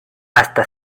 hasta